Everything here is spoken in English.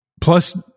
Plus